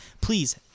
please